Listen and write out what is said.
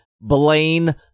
Blaine